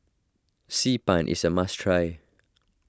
Xi Ban is a must try